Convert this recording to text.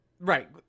Right